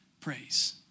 Praise